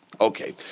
Okay